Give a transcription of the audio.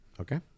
okay